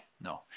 no